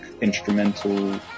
instrumental